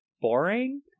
boring